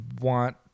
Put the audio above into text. want